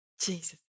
Jesus